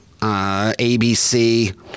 ABC